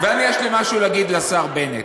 ויש לי משהו להגיד לשר בנט,